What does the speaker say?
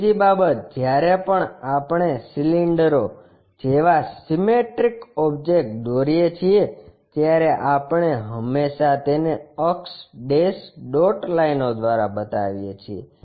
બીજી બાબત જ્યારે પણ આપણે સિલિન્ડરો જેવા સીમેટ્રિક ઓબ્જેક્ટ દોરીએ છીએ ત્યારે આપણે હંમેશા તેને અક્ષ ડેશ ડોટ લાઇનો દ્વારા બતાવીએ છીએ